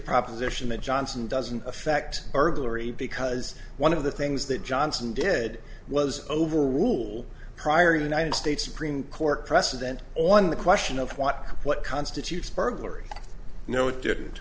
proposition that johnson doesn't affect our glory because one of the things that johnson did was overrule prior united states supreme court precedent on the question of what what constitutes burglary no it